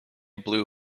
blue